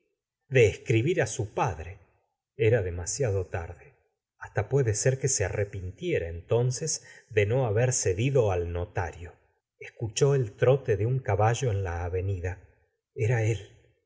de escribir á su padre era demasiado tarde hasta puede ser que se arrepintiera entonces de no haber cedido al notario escuchó el trote de un caballo en la avenida era él